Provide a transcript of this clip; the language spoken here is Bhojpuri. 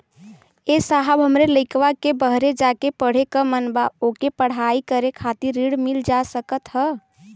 ए साहब हमरे लईकवा के बहरे जाके पढ़े क मन बा ओके पढ़ाई करे खातिर ऋण मिल जा सकत ह?